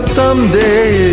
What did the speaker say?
someday